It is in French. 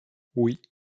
oui